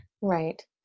Right